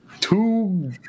two